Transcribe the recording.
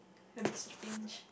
a bit strange